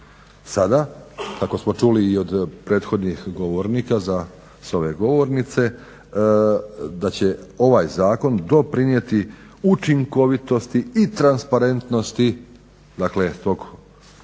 Sada ako smo čuli i od prethodnih govornika s ove govornice da će ovaj zakon doprinijeti učinkovitosti i transparentnosti tog